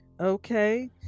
okay